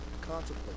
contemplate